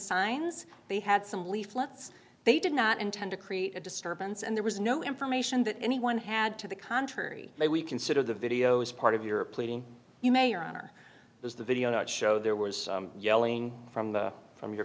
signs they had some leaflets they did not intend to create a disturbance and there was no information that anyone had to the contrary they we consider the videos part of your pleading you mayor there's the video to show there was yelling from the from your